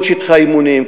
כל שטחי האימונים,